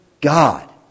God